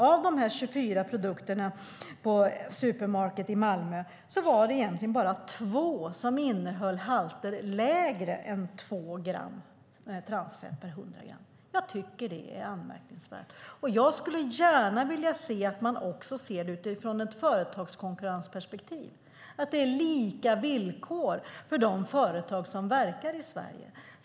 Av de 24 produkterna i matvarubutiker i Malmö var det egentligen bara 2 som innehöll halter lägre än 2 gram transfett per 100 gram. Jag tycker att det är anmärkningsvärt. Jag skulle gärna vilja att man också ser det utifrån ett företagskonkurrensperspektiv och att det är lika villkor för de företag som verkar i Sverige.